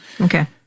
Okay